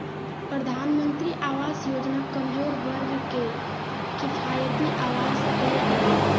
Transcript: प्रधानमंत्री आवास योजना कमजोर वर्ग के किफायती आवास दे हइ